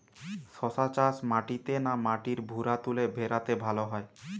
শশা চাষ মাটিতে না মাটির ভুরাতুলে ভেরাতে ভালো হয়?